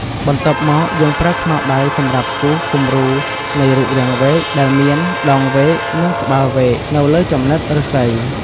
បន្ទាប់់មកយើង ប្រើខ្មៅដៃសម្រាប់គូសគម្រូនៃរូបរាងវែក ដែលមាន ដងវែក និង ក្បាលវែក នៅលើចំណិតឫស្សី។